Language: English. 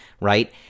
right